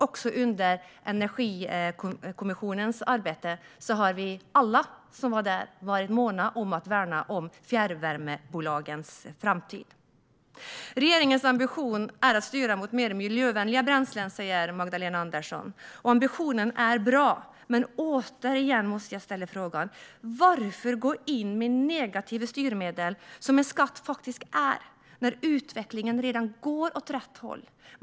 Och i arbetet i Energikommissionen var alla måna om att värna om fjärrvärmebolagens framtid. Regeringens ambition är att styra mot mer miljövänliga bränslen, säger Magdalena Andersson. Ambitionen är bra, men jag måste återigen ställa frågan: Varför gå in med negativa styrmedel, vilket en skatt är, när utvecklingen redan går åt rätt håll?